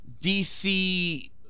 DC